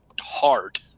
hard